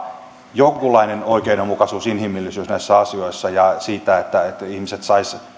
jonkunlainen oikeudenmukaisuus inhimillisyys näissä asioissa tulee olla ja siinä että ihmiset saisivat